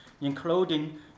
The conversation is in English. including